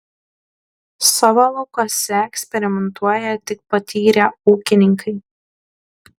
savo laukuose eksperimentuoja tik patyrę ūkininkai